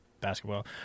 basketball